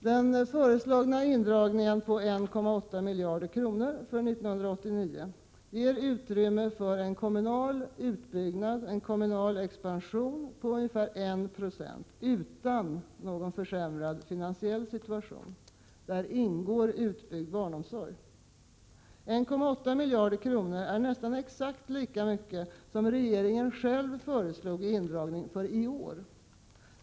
Den föreslagna indragningen på 1,8 miljarder kronor för 1989 ger utrymme för en kommunal expansion på ca 1 Jo utan någon försämrad finansiell situation. Där ingår utbyggd barnomsorg. 1,8 miljarder är nästan exakt lika mycket som regeringen själv föreslog i indragning för i år.